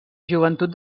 joventut